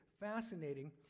Fascinating